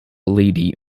lady